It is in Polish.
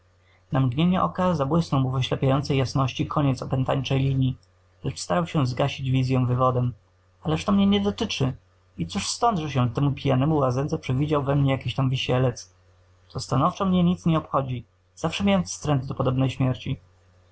na mgnienie oka zabłysnął mu w oślepiającej jasności koniec opętańczej linii lecz starał się zgasić wizyę wywodem ależ to mnie nie dotyczy i cóż stąd że się temu pijanemu łazędze przewidział we mnie jakiś tam wisielec to stanowczo mnie nic nie obchodzi zawsze miałem wstręt do podobnej śmierci